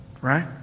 right